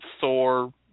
Thor